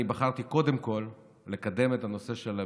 אני בחרתי קודם כול לקדם את הנושא של המיגון,